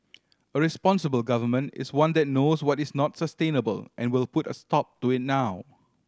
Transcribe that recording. a responsible Government is one that knows what is not sustainable and will put a stop to it now